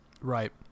right